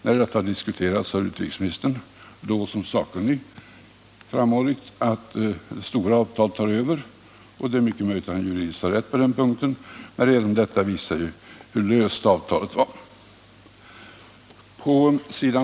När detta har diskuterats har utrikesministern — då som sakkunnig — framhållit att det stora avtalet tar över. Det är mycket möjligt att han juridiskt har rätt på den punkten, men även detta visar ju hur löst avtalen var skrivna.